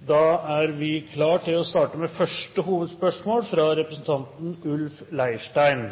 Da er vi klare til å starte med første hovedspørsmål, som er fra representanten Ulf Leirstein.